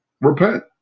Repent